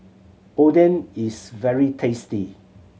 oden is very tasty